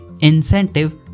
incentive